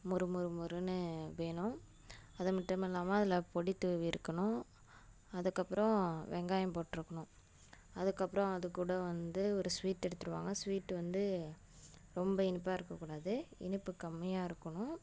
மொறு மொறு மொறுனு வேணும் அதை மட்டும் இல்லாமல் அதில் பொடி தூவி இருக்கனும் அதுக்கப்புறம் வெங்காயம் போட்டுருக்கனும் அதுக்கப்புறம் அதுக்கூட வந்து ஒரு ஸ்வீட் எடுத்துரு வாங்க ஸ்வீட்டு வந்து ரொம்ப இனிப்பாக இருக்கக்கூடாது இனிப்பு கம்மியாக இருக்கணும்